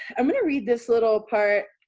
i'm going to read this little part